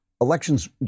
elections